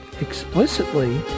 explicitly